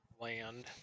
land